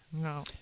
No